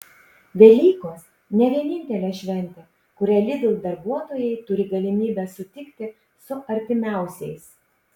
velykos ne vienintelė šventė kurią lidl darbuotojai turi galimybę sutikti su artimiausiais